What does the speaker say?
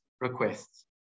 requests